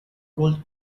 gold